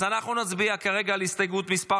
אז אנחנו נצביע כרגע על הסתייגות מס'